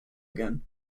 again